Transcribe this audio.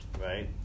right